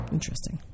Interesting